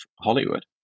Hollywood